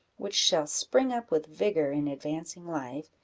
which shall spring up with vigour in advancing life,